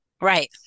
Right